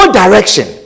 direction